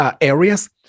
areas